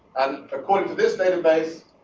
and according to this database,